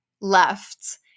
left